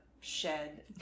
shed